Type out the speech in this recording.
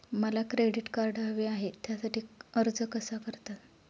मला credit card हवे आहे त्यासाठी अर्ज कसा करतात?